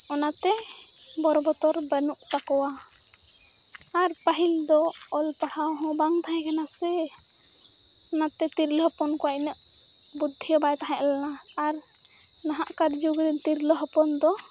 ᱚᱱᱟᱛᱮ ᱵᱚᱨ ᱵᱚᱛᱚᱨ ᱵᱟᱹᱱᱩᱜ ᱛᱟᱠᱚᱣᱟ ᱟᱨ ᱯᱟᱹᱦᱤᱞ ᱫᱚ ᱚᱞ ᱯᱟᱲᱦᱟᱣ ᱦᱚᱸ ᱵᱟᱝ ᱛᱟᱦᱮᱸᱠᱟᱱᱟ ᱥᱮ ᱚᱱᱟᱛᱮ ᱛᱤᱨᱞᱟᱹ ᱦᱚᱯᱚᱱ ᱠᱚᱣᱟᱜ ᱤᱱᱟᱹᱜ ᱵᱩᱫᱽᱫᱷᱤ ᱦᱚᱸ ᱵᱟᱭ ᱛᱟᱦᱮᱸ ᱞᱮᱱᱟ ᱟᱨ ᱱᱟᱦᱟᱜ ᱠᱟᱨ ᱡᱩᱜᱽ ᱨᱮᱱ ᱛᱤᱨᱞᱟᱹ ᱦᱚᱯᱚᱱ ᱫᱚ